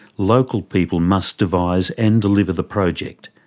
local people must devise and deliver the project.